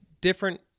different